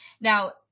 Now